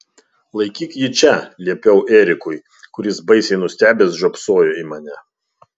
laikyk jį čia liepiau erikui kuris baisiai nustebęs žiopsojo į mane